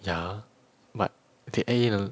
ya but they add in a lo~